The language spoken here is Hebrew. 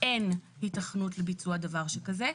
אין היתכנות לביצוע דבר שכזה.